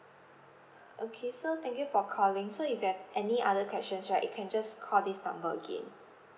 okay so thank you for calling so if you have any other questions right you can just call this number again